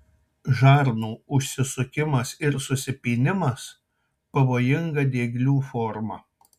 žarnų užsisukimas ir susipynimas pavojinga dieglių forma